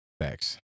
Facts